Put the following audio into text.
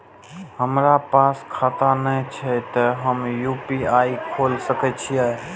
हमरा पास खाता ने छे ते हम यू.पी.आई खोल सके छिए?